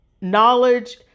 knowledge